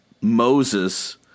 Moses